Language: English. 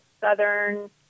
southern